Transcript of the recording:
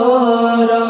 Lord